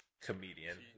comedian